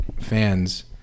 fans